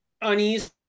uneasy